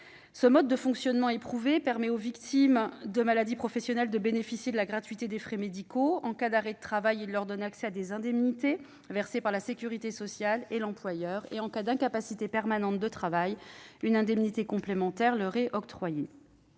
Ce mode de fonctionnement éprouvé permet aux victimes de maladie professionnelle de bénéficier de la gratuité des frais médicaux. En cas d'arrêt de travail, il leur donne accès à des indemnités versées par la sécurité sociale et l'employeur. En cas d'incapacité permanente de travail, une indemnité complémentaire leur est octroyée.